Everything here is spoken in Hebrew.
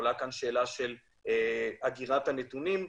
שאלה של אגירת הנתונים,